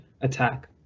attack